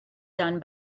done